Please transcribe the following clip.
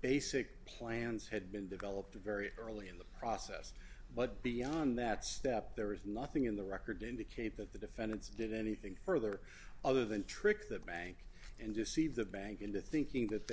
basic plans had been developed a very early in the process but beyond that step there was nothing in the record indicate that the defendants did anything further other than trick the bank and deceive the bank into thinking that they